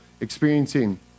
experiencing